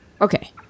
Okay